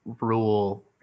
rule